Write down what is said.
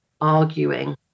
arguing